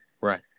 right